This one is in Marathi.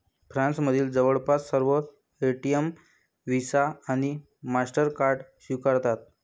फ्रान्समधील जवळपास सर्व एटीएम व्हिसा आणि मास्टरकार्ड स्वीकारतात